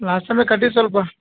last ಟೈಮೇ ಕಟ್ಟಿದ್ದು ಸ್ವಲ್ಪ